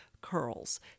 curls